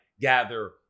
gather